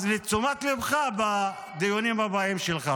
אז לתשומת ליבך, בדיונים הבאים שלך.